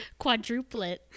quadruplet